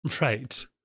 Right